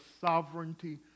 sovereignty